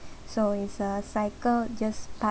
so is a cycle just